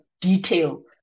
detail